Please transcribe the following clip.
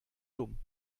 dumm